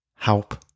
help